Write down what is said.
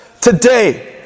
Today